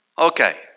Okay